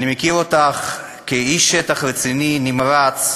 אני מכיר אותך כאיש שטח רציני, נמרץ,